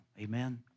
amen